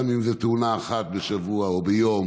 שגם אם זאת תאונה אחת בשבוע או ביום